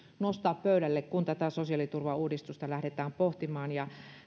nostaa pöydälle kun tätä sosiaaliturvauudistusta lähdetään pohtimaan ja